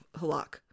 Halak